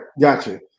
gotcha